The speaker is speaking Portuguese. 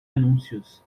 anúncios